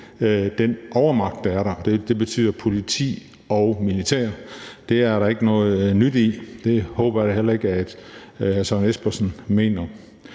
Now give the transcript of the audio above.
den overmagt, der er der – det betyder politi og militær. Det er der ikke noget nyt i. Det håber jeg da heller ikke at hr. Søren Espersen mener.